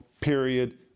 period